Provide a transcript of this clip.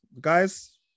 guys